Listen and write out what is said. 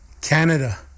Canada